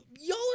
y'all